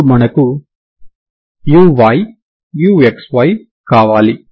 ఇప్పుడు మనకు uy uxy కావాలి